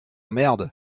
merde